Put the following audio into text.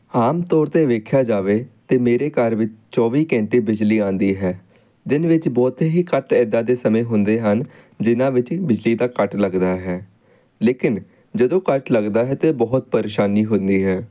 ਆਮ ਤੌਰ 'ਤੇ ਵੇਖਿਆ ਜਾਵੇ ਤਾਂ ਮੇਰੇ ਘਰ ਵਿੱਚ ਚੌਵੀ ਘੰਟੇ ਬਿਜਲੀ ਆਉਂਦੀ ਹੈ ਦਿਨ ਵਿੱਚ ਬਹੁਤੇ ਹੀ ਕੱਟ ਇੱਦਾਂ ਦੇ ਸਮੇਂ ਹੁੰਦੇ ਹਨ ਜਿਨ੍ਹਾਂ ਵਿੱਚ ਬਿਜਲੀ ਦਾ ਕੱਟ ਲੱਗਦਾ ਹੈ ਲੇਕਿਨ ਜਦੋਂ ਕੱਟ ਲੱਗਦਾ ਹੈ ਤਾਂ ਬਹੁਤ ਪਰੇਸ਼ਾਨੀ ਹੁੰਦੀ ਹੈ